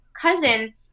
cousin